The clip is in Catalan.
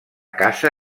casa